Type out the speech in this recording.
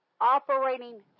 operating